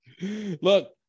Look